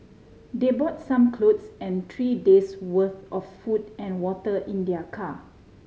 they brought some clothes and three days' worth of food and water in their car